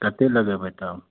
कतेक लगेबै तब